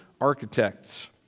architects